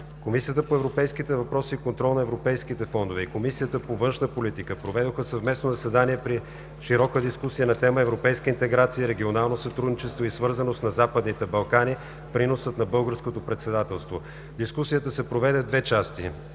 Комисията по европейските въпроси и контрол на европейските фондове и Комисията по външна политика проведоха съвместно заседание при широка дискусия на тема: „Европейска интеграция, регионално сътрудничество и свързаност на Западните Балкани – приносът на Българското председателство.“ Дискусията се проведе в две части: